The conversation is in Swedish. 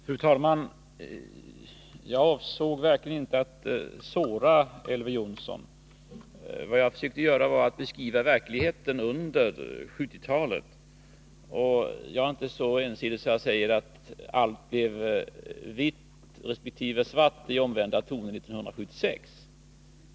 Fru talman! Jag avsåg verkligen inte att såra Elver Jonsson. Vad jag försökte göra var att beskriva verkligheten under 1970-talet. Jag är inte så ensidig att jag säger att allt blev vitt resp. svart i omvända toner 1976.